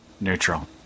Neutral